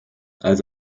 als